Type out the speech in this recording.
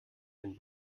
den